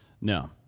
No